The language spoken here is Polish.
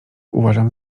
uważam